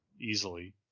easily